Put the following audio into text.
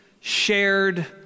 shared